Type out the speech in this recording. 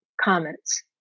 comments